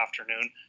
afternoon